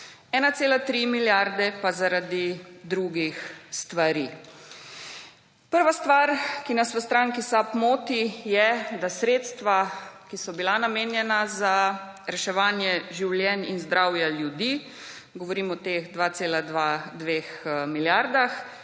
1,3 milijarde pa zaradi drugih stvari. Prva stvar, ki nas v stranki SAB moti, je, da sredstva, ki so bila namenjena za reševanje življenj in zdravja ljudi, govorim o teh 2,2 milijardah,